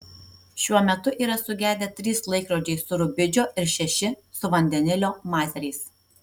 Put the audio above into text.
šiuo metu yra sugedę trys laikrodžiai su rubidžio ir šeši su vandenilio mazeriais